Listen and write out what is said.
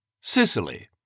Sicily